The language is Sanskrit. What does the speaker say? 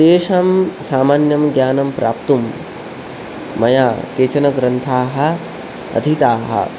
तेषां सामान्यं ज्ञानं प्राप्तुं मया केचन ग्रन्थाः अधीताः